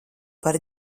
par